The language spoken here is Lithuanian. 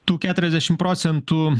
tų keturiasdešim procentų